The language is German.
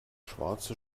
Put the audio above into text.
schwarze